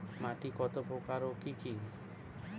মাটি কত প্রকার ও কি কি?